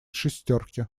шестерки